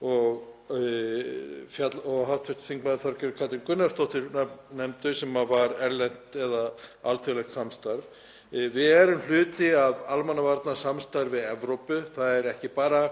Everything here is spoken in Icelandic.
og hv. þm. Þorgerður Katrín Gunnarsdóttir nefndu sem var alþjóðlegt samstarf. Við erum hluti af almannavarnasamstarfi Evrópu. Það er ekki bara